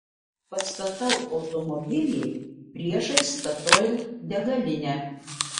pastatau automobilį priešais statoil degalinę